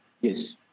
Yes